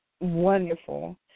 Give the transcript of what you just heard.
Wonderful